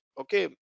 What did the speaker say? okay